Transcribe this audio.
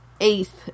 eighth